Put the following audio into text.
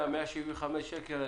100, 175 שקל.